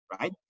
right